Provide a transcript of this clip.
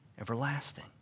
everlasting